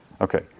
Okay